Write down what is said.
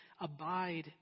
abide